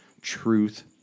truth